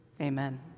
Amen